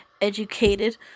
educated